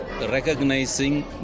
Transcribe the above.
recognizing